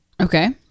Okay